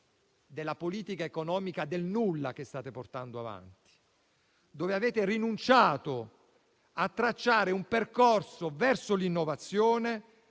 della politica economica del nulla che state portando avanti, con la quale avete rinunciato a tracciare un percorso verso l'innovazione,